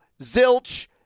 Zilch